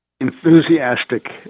enthusiastic